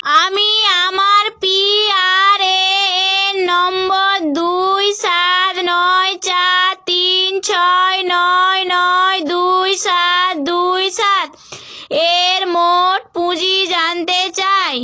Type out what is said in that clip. আমি আমার P R A N নম্বর দুই সাত নয় চার তিন ছয় নয় নয় দুই সাত দুই সাত এর মোট পুঁজি জানতে চাই